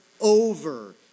over